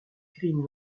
green